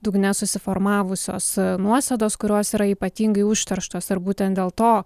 dugne susiformavusios nuosėdos kurios yra ypatingai užterštos ir būtent dėl to